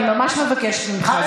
אני ממש מבקשת ממך,